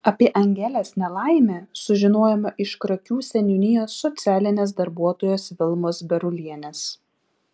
apie angelės nelaimę sužinojome iš krakių seniūnijos socialinės darbuotojos vilmos berulienės